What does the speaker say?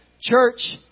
Church